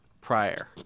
prior